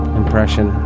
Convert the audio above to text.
impression